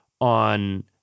on